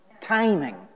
Timing